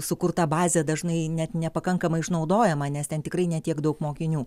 sukurta bazė dažnai net nepakankamai išnaudojama nes ten tikrai ne tiek daug mokinių